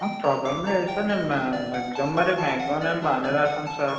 problem లేదు sir నేను మ్యా ఎగ్జామ్ మరి మ్యాగ్జిమం నేను బాగానే రాసాను సార్